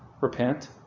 Repent